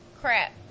crap